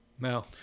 No